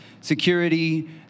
security